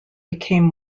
became